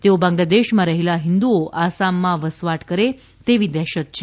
તેઓ બાંગ્લાદેશમાં રહેલા હિન્દુઓ આસામમાં વસવાટ કરે તેવી દહેશત છે